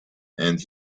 and